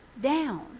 down